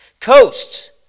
Coasts